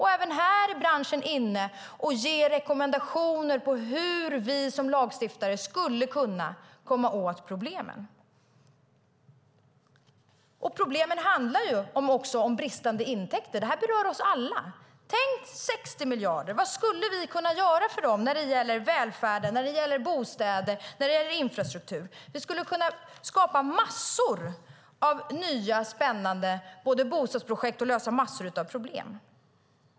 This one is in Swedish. Även här ger branschen rekommendationer på hur vi som lagstiftare skulle kunna komma åt problemen. Problemen handlar om bristande intäkter. Det berör oss alla. Tänk 60 miljarder - vad skulle vi kunna göra för dem när det gäller välfärden, bostäder, infrastruktur? Vi skulle kunna både skapa massor av nya spännande bostadsprojekt och lösa massor av problem.